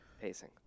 pacing